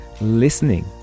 listening